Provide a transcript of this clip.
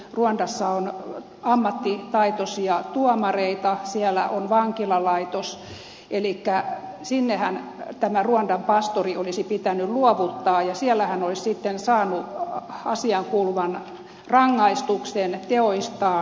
ruandassa on ammattitaitoisia tuomareita siellä on vankilalaitos elikkä sinnehän tämä ruandan pastori olisi pitänyt luovuttaa ja siellä hän olisi sitten saanut asiaankuuluvan rangaistuksen teoistaan